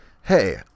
hey